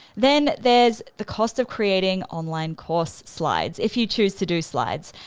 then there's the cost of creating online course slides, if you choose to do slides,